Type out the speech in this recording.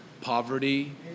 poverty